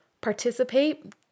participate